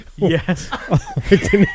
Yes